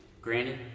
Granted